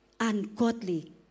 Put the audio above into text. Ungodly